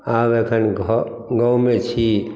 आब एखन घऽ गाँवमे छी